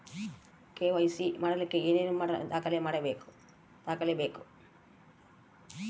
KYC ಮಾಡಲಿಕ್ಕೆ ಏನೇನು ದಾಖಲೆಬೇಕು?